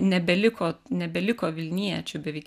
nebeliko nebeliko vilniečių beveik